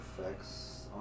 effects